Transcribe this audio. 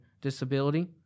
disability